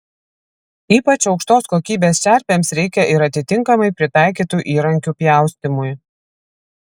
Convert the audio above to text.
ypač aukštos kokybės čerpėms reikia ir atitinkamai pritaikytų įrankių pjaustymui